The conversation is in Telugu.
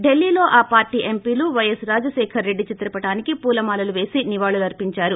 ఢిల్లీలో ఆ పార్టీ ఎంపీలు వైఎస్ రాజశేఖర్ రెడ్డి చిత్ర పటానికి పూలమాలలు పేసి నివాళులర్పించారు